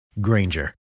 Granger